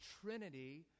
Trinity